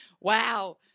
Wow